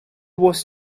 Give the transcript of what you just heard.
was